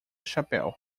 chapéu